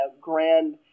grand